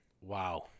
Wow